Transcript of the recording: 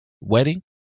wedding